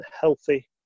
healthy